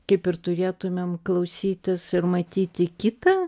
kaip ir turėtumėm klausytis ir matyti kitą